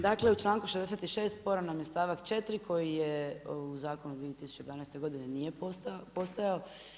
Dakle u članku 66. sporan nam je stavak 4. koji u zakonu 2012. godine nije postojao.